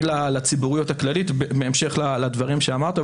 הד לציבוריות הכללית בהמשך לדברים שאמרת,